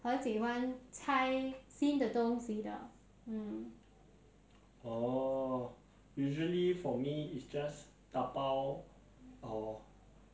mm 我知道但是我喜欢你的 home cooked food 因为你的妈妈会辛辛苦苦 uh uh 慢慢做的我的我们的